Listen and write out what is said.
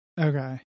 okay